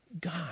God